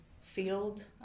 field